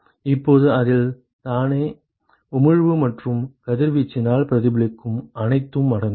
இப்போது இதில் தானே உமிழ்வு மற்றும் கதிர்வீச்சினால் பிரதிபலிக்கும் அனைத்தும் அடங்கும்